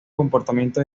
comportamiento